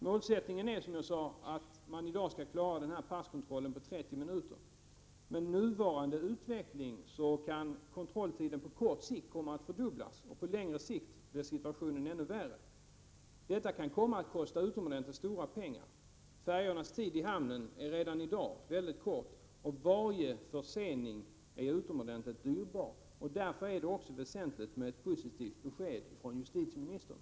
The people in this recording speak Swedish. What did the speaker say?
Målsättningen är, som jag antydde, att man i dag skall klara passkontrollen på 30 minuter. Med nuvarande utveckling kan kontrolltiden på kort sikt komma att fördubblas, och på längre sikt blir situationen ännu värre. Detta kan komma att kosta mycket pengar. Den tid färjan ligger i hamnen är redan i dag väldigt kort, och varje försening är utomordentligt dyrbar. Därför är det väsentligt med ett positivt besked från justitieministern.